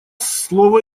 слово